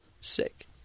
sick